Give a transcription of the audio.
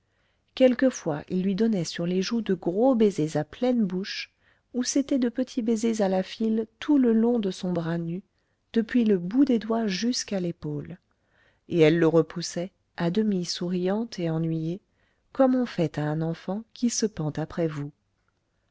quelquefois il lui donnait sur les joues de gros baisers à pleine bouche ou c'étaient de petits baisers à la file tout le long de son bras nu depuis le bout des doigts jusqu'à l'épaule et elle le repoussait à demi souriante et ennuyée comme on fait à un enfant qui se pend après vous